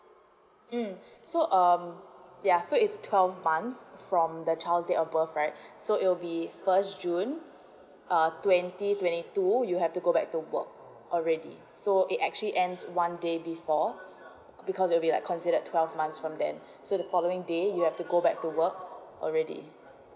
um so um ya so it's twelve months from the child's date of birth right so it will be first june uh twenty twenty two you have to go back to work already so it actually ends one day before because it'll be like considered twelve months from then so the following day you have to go back to work already